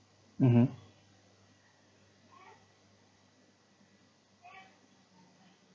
mmhmm